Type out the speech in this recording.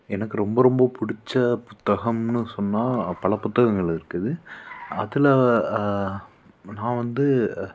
எனக்கு ரொம்ப ரொம்ப பிடிச்ச புத்தகம்ன்னு சொன்னால் பலப்புத்தகங்கள் இருக்குது அதில் நான் வந்து